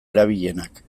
erabilienak